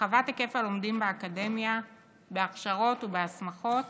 הרחבת היקף הלומדים באקדמיה בהכשרות ובהסמכות